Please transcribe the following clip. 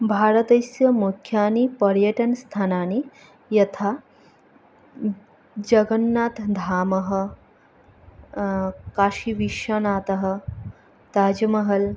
भारतस्य मुख्यानि पर्यटनस्थानानि यथा जगन्नाथधामः काशीविश्वनाथः ताज्महल्